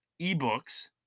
ebooks